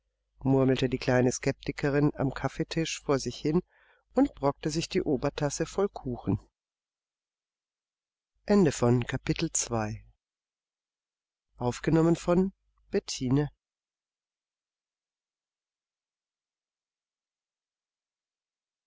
murmelte die kleine skeptikerin am kaffeetisch vor sich hin und brockte sich die obertasse voll kuchen